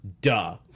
duh